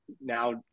Now